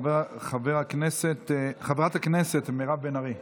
חברת הכנסת מירב בן ארי.